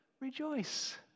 rejoice